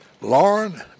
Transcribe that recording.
Lauren